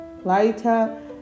lighter